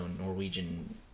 Norwegian